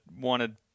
wanted